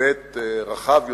היבט רחב יותר: